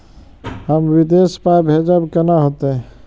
हम विदेश पाय भेजब कैना होते?